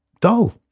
dull